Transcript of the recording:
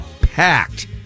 Packed